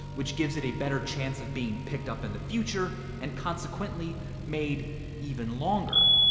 which gives it a better chance of being picked up in the future and consequently made even longer.